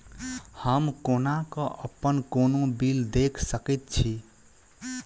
हम कोना कऽ अप्पन कोनो बिल देख सकैत छी?